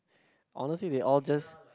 honestly they all just